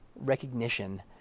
recognition